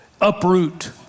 uproot